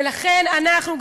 ולכן אנחנו,